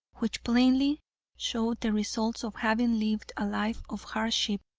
which plainly showed the results of having lived a life of hardship,